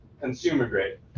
consumer-grade